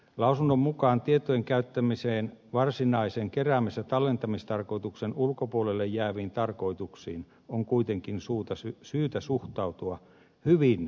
lausunnon mukaan tietojen käyttämiseen varsinaisen keräämis ja tallentamistarkoituksen ulkopuolelle jääviin tarkoituksiin on kuitenkin syytä suhtautua hyvin varauksellisesti